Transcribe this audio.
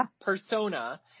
persona